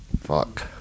Fuck